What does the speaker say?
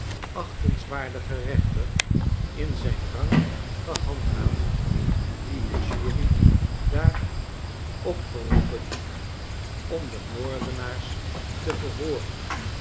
achtingswaardigen reenter in zijn rang gehandhaafd die de jury daar opgeroepen om de moordenaars te verhooren